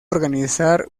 organizar